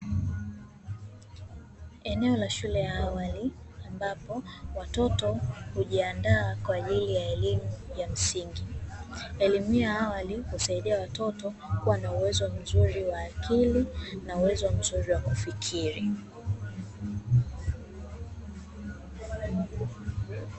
Eneo la shule ya awali, ambapo watoto hujiandaa kwa ajili ya elimu ya msingi, elimu hiyo ya awali husaidia watoto kuwa na uwezo mzuri wa akili na uwezo mzuri wa kufikiri.